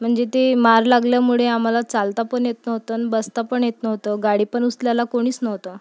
म्हणजे ते मार लागल्यामुळे आम्हाला चालता पण येत नव्हतं आणि बसता पण येत नव्हतं गाडी पण उचलायला कोणीच नव्हतं